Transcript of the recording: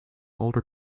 older